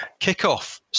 kickoff